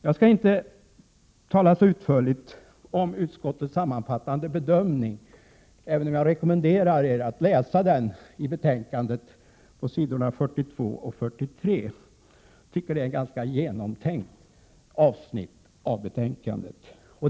Jag skall inte tala så utförligt om utskottets sammanfattande bedömning, även om jag rekommenderar er att läsa den i betänkandet på s. 42 och 43. Det är ett ganska genomtänkt avsnitt i betänkandet.